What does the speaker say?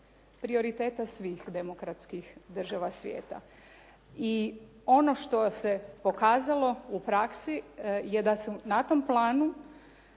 prioriteta svih demokratskih država svijeta i ono što se pokazalo u praksi je da su na tom planu